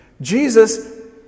Jesus